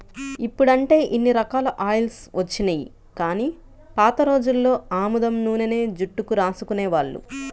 ఇప్పుడంటే ఇన్ని రకాల ఆయిల్స్ వచ్చినియ్యి గానీ పాత రోజుల్లో ఆముదం నూనెనే జుట్టుకు రాసుకునేవాళ్ళు